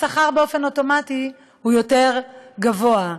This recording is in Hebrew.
השכר באופן אוטומטי הוא יותר גבוה,